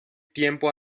tiempo